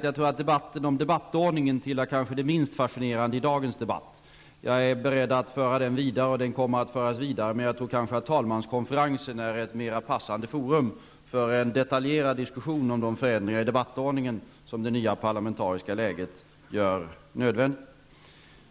Jag tror att debatten om debattordningen kanske tillhör det minst fascinerande i dagens debatt. Jag är beredd att föra den vidare, och den kommer att föras vidare. Men jag tror att talmanskonferensen är mer passande forum för en detaljerad diskussion om de förändringar i debattordningen som det nya parlamentariska läget gör nödvändiga.